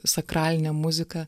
sakralinę muziką